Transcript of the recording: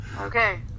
Okay